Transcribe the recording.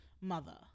mother